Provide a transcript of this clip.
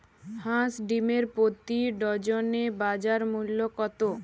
হাঁস ডিমের প্রতি ডজনে বাজার মূল্য কত?